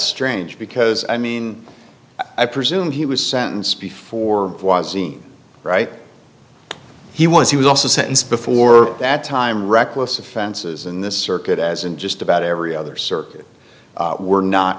strange because i mean i presume he was sentenced before it was seen right he was he was also sentence before that time reckless offenses in this circuit as in just about every other circuit were not